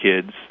kids